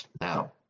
Now